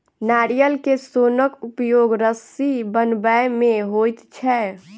नारियल के सोनक उपयोग रस्सी बनबय मे होइत छै